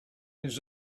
his